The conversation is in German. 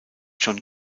john